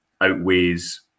outweighs